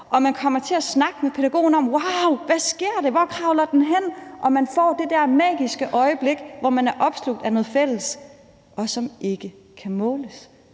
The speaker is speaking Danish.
og han kommer til at snakke med pædagogen om det – wow, hvad sker der, hvor kravler den hen? – og man får det der magiske øjeblik, hvor man er opslugt af noget fælles, som ikke kan måles.